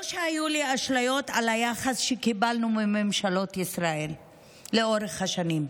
לא שהיו לי אשליות מהיחס שקיבלנו מממשלות ישראל לאורך השנים,